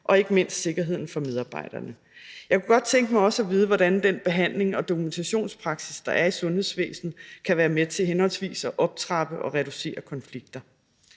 og ikke mindst sikkerheden for medarbejderne. Jeg kunne godt tænke mig også at vide, hvordan den behandling og dokumentationspraksis, der er i sundhedsvæsenet, kan være med til henholdsvis at optrappe og reducere konflikter.